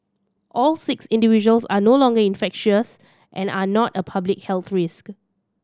all six individuals are no longer infectious and are not a public health risk